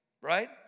right